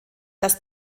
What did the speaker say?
das